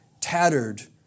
tattered